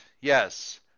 yes